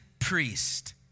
priest